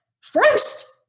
first